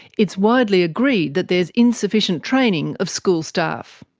it's widely agreed that there is insufficient training of school staff.